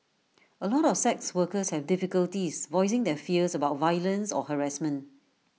A lot of sex workers have difficulties voicing their fears about violence or harassment